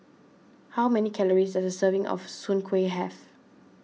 how many calories a serving of Soon Kuih have